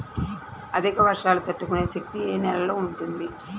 అధిక వర్షాలు తట్టుకునే శక్తి ఏ నేలలో ఉంటుంది?